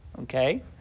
okay